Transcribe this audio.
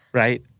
right